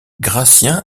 gratien